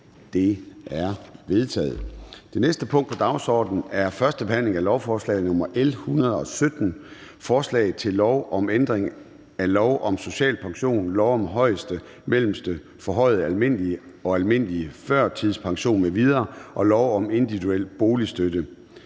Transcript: Det er vedtaget. --- Det næste punkt på dagsordenen er: 10) 1. behandling af lovforslag nr. L 117: Forslag til lov om ændring af lov om social pension, lov om højeste, mellemste, forhøjet almindelig og almindelig førtidspension m.v. og lov om individuel boligstøtte.